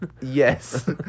yes